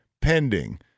pending